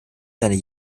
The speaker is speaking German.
seiner